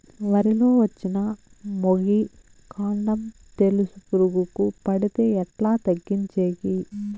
వరి లో వచ్చిన మొగి, కాండం తెలుసు పురుగుకు పడితే ఎట్లా తగ్గించేకి?